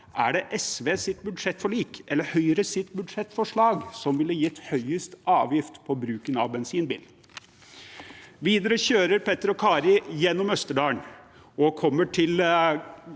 Er det SVs budsjettforlik eller Høyres budsjettforslag som ville gitt høyest avgift på bruken av bensinbil? Videre kjører Petter og Kari gjennom Østerdalen og kommer til